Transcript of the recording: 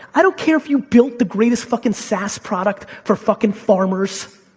i don't care if you built the greatest fucking saas product for fucking farmers.